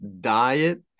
diet